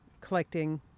collecting